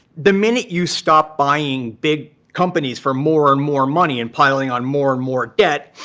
the minute you stop buying big companies for more and more money, and piling on more and more debt,